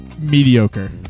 Mediocre